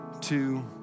two